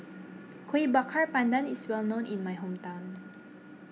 Kuih Bakar Pandan is well known in my hometown